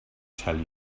tell